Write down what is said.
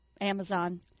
Amazon